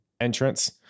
entrance